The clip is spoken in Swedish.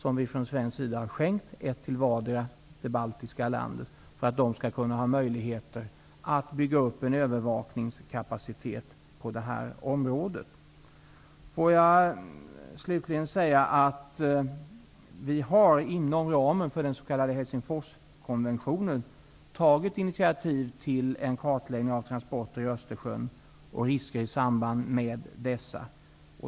Vi har från svensk sida skänkt ett fartyg till vardera baltiska land för att de skall kunna ha möjlighet att bygga upp en övervakningskapacitet på detta område. Jag vill slutligen säga att vi inom ramen för den s.k. Helsingforskonventionen har tagit initiativ till en kartläggning av transporter i Östersjön och risker i samband med dessa.